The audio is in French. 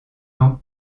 lampe